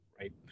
Right